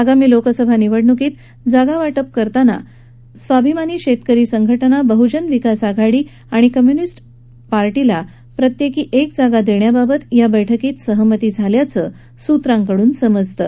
आगामी लोकसभा निवडणुकीसाठी जागावाटप करताना स्वाभिमानी शेतकरी संघटना बहुजन विकास आघाडी आणि कम्युनिस्ट पक्षाला प्रत्येकी एक जागा देण्याबाबत या बैठकीत सहमती झाल्याचं सूत्रांकडून समजतं